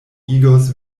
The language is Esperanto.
igos